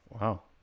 Wow